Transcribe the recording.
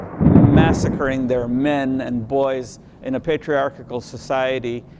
massacring their men and boys in a patriarchal society,